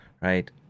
right